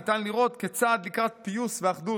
ניתן לראות כצעד לקראת פיוס ואחדות.